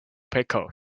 pickles